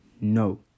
no